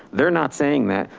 they're not saying that.